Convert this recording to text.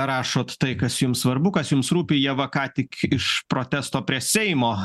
rašot tai kas jums svarbu kas jums rūpi ieva ką tik iš protesto prie seimo